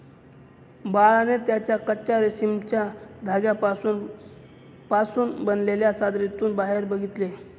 बाळाने त्याच्या कच्चा रेशमाच्या धाग्यांपासून पासून बनलेल्या चादरीतून बाहेर बघितले